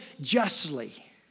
justly